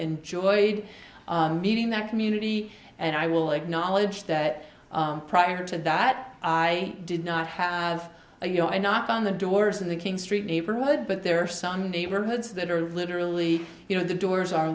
enjoyed meeting that community and i will acknowledge that prior to that i did not have a you know i knock on the doors in the king street neighborhood but there are some neighborhoods that are literally you know the doors are